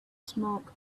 smoke